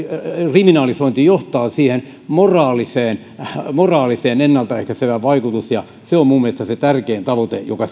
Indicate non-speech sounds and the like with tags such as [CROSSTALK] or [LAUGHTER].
kriminalisointi johtaa siihen moraaliseen moraaliseen ennalta ehkäisevään vaikutukseen ja se on minun mielestäni se tärkein tavoite joka [UNINTELLIGIBLE]